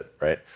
right